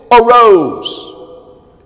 arose